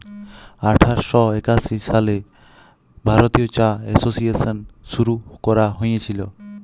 আঠার শ একাশি সালে ভারতীয় চা এসোসিয়েশল শুরু ক্যরা হঁইয়েছিল